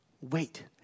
wait